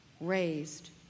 raised